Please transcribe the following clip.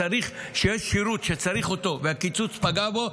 כשיש שירות שצריך אותו והקיצוץ פגע בו,